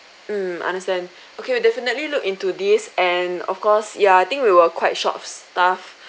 mm understand okay definitely look into this and of course ya I think we were quite short of staff